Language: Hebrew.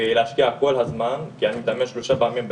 ולהשקיע כל הזמן, אני מתאמן שלוש פעמים ביום,